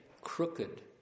Crooked